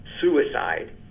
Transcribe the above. suicide